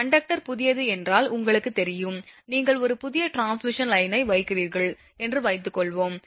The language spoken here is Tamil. கண்டக்டர் புதியது என்றால் உங்களுக்குத் தெரியும் நீங்கள் ஒரு புதிய டிரான்ஸ்மிஷன் லைனை வைக்கிறீர்கள் என்று வைத்துக்கொள்வோம்